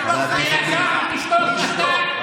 אנחנו פה בלילה, אתם ריקים, תראה.